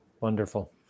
Wonderful